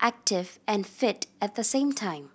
active and fit at the same time